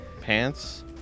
Pants